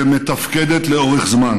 שמתפקדת לאורך זמן.